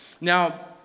Now